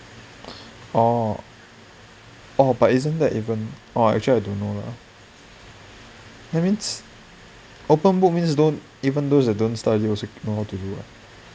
oh oh but isn't that even oh actually I don't know lah that means open book means don't even those that don't study also can know how to do lah